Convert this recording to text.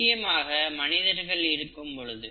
முக்கியமாக மனிதர்கள் இருக்கும் இருக்கும் பொழுது